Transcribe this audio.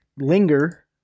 linger